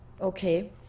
Okay